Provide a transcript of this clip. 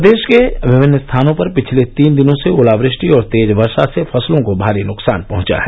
प्रदेश के विभिन्न स्थानों पर पिछले तीन दिनों से ओलावृष्टि और तेज वर्षा से फसलों को भारी नुकसान पहुंचा है